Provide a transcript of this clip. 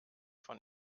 von